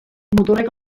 muturreko